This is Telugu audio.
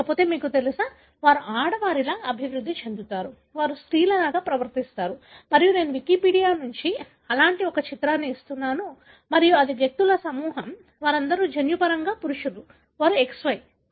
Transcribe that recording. లేకపోతే మీకు తెలుసా వారు ఆడవారిలా అభివృద్ధి చెందుతారు వారు స్త్రీలాగా ప్రవర్తిస్తారు మరియు నేను వికీపీడియా నుండి అలాంటి ఒక చిత్రాన్ని ఇస్తున్నాను మరియు ఇది వ్యక్తుల సమూహం వారందరూ జన్యుపరంగా పురుషులు వారు XY